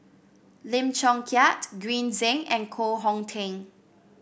Lim Chong Keat Green Zeng and Koh Hong Teng